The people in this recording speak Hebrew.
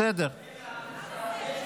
תודה רבה.